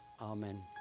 Amen